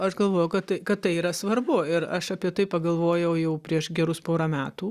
aš galvojau kad tai kad tai yra svarbu ir aš apie tai pagalvojau jau prieš gerus porą metų